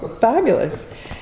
fabulous